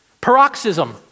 paroxysm